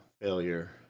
failure